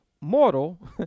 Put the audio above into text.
mortal